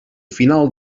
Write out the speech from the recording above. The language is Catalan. final